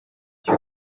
cyo